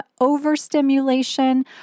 overstimulation